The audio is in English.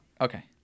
Okay